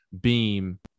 Beam